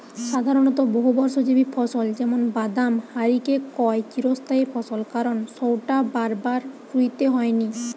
সাধারণত বহুবর্ষজীবী ফসল যেমন বাদাম হারিকে কয় চিরস্থায়ী ফসল কারণ সউটা বারবার রুইতে হয়নি